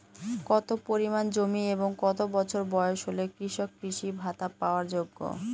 কত পরিমাণ জমি এবং কত বছর বয়স হলে কৃষক কৃষি ভাতা পাওয়ার যোগ্য?